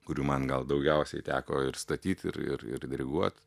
kurių man gal daugiausiai teko ir statyt ir ir ir diriguot